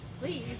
Please